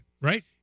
Right